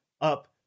up